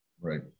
Right